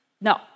No